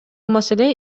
маселе